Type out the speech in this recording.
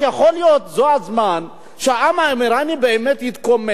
יכול להיות שזה הזמן שהעם האירני באמת יתקומם,